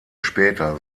später